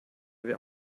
wir